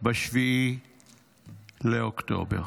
ב-7 באוקטובר.